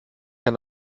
kann